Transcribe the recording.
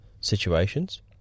situations